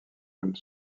comme